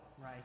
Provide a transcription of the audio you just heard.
right